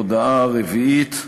הודעה רביעית: